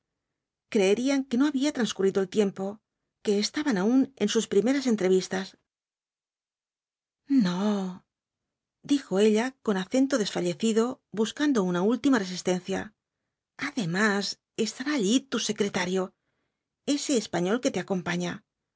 creerían que no había transcurrido el tiempo que estaban aún en sus primeras entrevistas no dijo ella con acento desfallecido buscando una última resistencia además estará allí tu secretario ese español que te acompaña